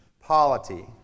polity